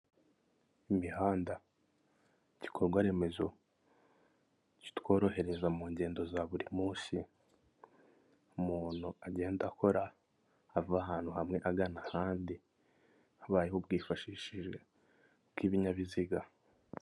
Imihanda, igikorwaremezo, kitworohereza mu ngendo za buri munsi, umuntu agenda akora ava ahantu hamwe agana ahandi, habayeho ubwifashishijwe bw'ibinyabiziga.